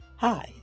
Hi